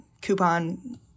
coupon